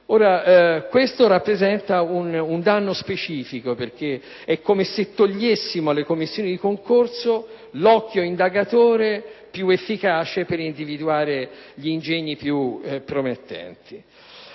Questo rappresenta un danno specifico, perché è come se togliessimo alle commissioni di concorso l'occhio indagatore più efficace per individuare gli ingegni più promettenti.